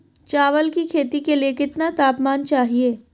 चावल की खेती के लिए कितना तापमान चाहिए?